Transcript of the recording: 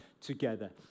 together